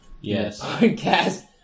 Yes